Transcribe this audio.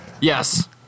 Yes